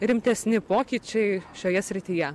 rimtesni pokyčiai šioje srityje